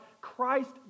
Christ